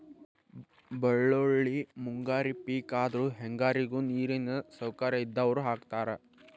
ಬಳ್ಳೋಳ್ಳಿ ಮುಂಗಾರಿ ಪಿಕ್ ಆದ್ರು ಹೆಂಗಾರಿಗು ನೇರಿನ ಸೌಕರ್ಯ ಇದ್ದಾವ್ರು ಹಾಕತಾರ